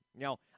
Now